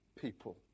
people